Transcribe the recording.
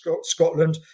Scotland